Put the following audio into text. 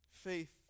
faith